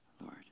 Lord